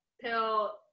pill